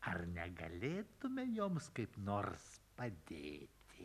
ar negalėtume joms kaip nors padėti